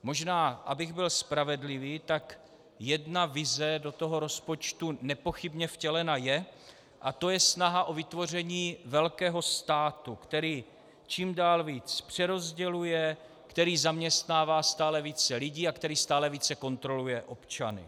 Možná, abych byl spravedlivý, tak jedna vize do toho rozpočtu nepochybně vtělena je a to je snaha o vytvoření velkého státu, který čím dál více přerozděluje, který zaměstnává stále více lidí a který stále více kontroluje občany.